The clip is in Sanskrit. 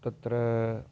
तत्र